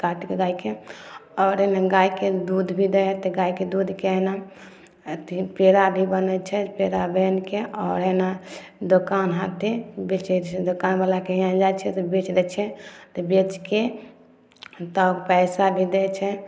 काटिके गायके आओर हइ ने गाय के दूध भी दै हइ तऽ गायके दूधके हइ ने अथी पेड़ा भी बनै छै पेड़ा बनिके आओर हइ ने दोकान हाथे बेचै छै दोकान बलाके हियाँ जाइ छै तऽ बेच दै छियै तऽ बेचके तब पैसा भी दै छै